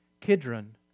Kidron